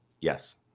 Yes